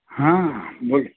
हां बोल